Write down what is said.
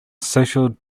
social